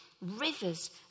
rivers